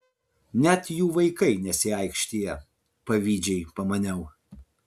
net jų vaikai nesiaikštija pavydžiai pamaniau